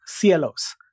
CLOs